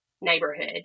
neighborhood